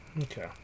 Okay